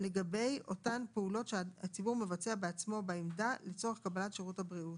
לגבי אותן פעולות שהציבור מבצע בעצמו בעמדה לצורך קבלת שירות בריאות